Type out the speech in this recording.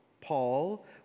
Paul